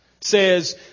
says